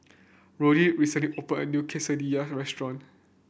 Roddy recently opened a new Quesadilla Restaurant